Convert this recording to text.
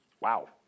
Wow